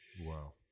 Wow